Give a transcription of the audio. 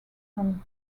from